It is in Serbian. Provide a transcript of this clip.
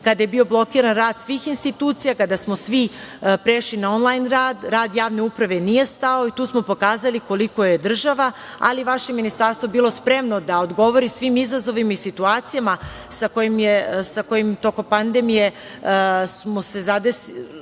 Kada je bio blokiran rad svih institucija, kada smo svi prešli na onlajn rad, rad javne uprave nije stao. Tu smo pokazali koliko je država, ali i vaše ministarstvo bilo spremno da odgovori svim izazovima i situacijama kojim su se tokom pandemije zadesili